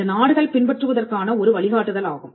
இது நாடுகள் பின்பற்றுவதற்கான ஒரு வழிகாட்டுதலாகும்